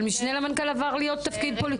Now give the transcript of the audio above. אבל משנה למנכ"ל עבר להיות תפקיד פוליטי.